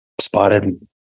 spotted